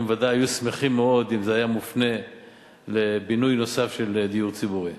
הם ודאי היו שמחים מאוד אם זה היה מופנה לבינוי נוסף של דיור ציבורי.